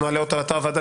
נעלה אותה לאתר הוועדה,